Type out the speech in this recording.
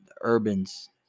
Urban's